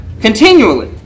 continually